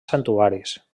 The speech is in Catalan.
santuaris